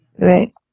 right